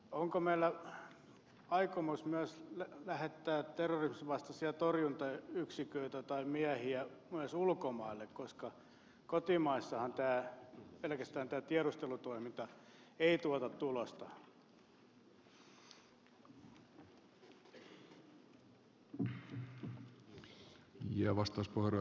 onko meillä aikomus myös lähettää terrorisminvastaisia torjuntayksiköitä tai miehiä myös ulkomaille koska pelkästään kotimaassahan tämä tiedustelutoiminta ei tuota tulosta